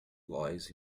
lies